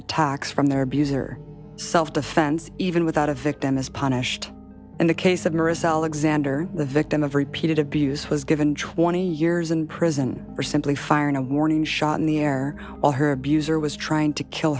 attacks from their abuser self defense even without a victim is punished in the case of morris alexander the victim of repeated abuse was given twenty years in prison for simply firing a warning shot in the air while her abuser was trying to kill